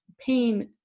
pain